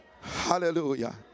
Hallelujah